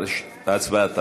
ההצבעה תמה.